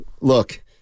look